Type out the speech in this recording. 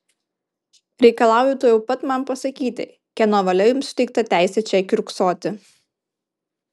reikalauju tuojau pat man pasakyti kieno valia jums suteikta teisė čia kiurksoti